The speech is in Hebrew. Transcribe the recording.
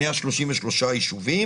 ש-133 ישובים ערביים